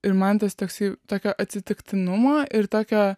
ir man tas toksai tokio atsitiktinumo ir tokio